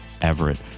Everett